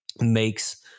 makes